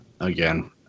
Again